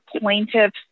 plaintiffs